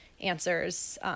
answers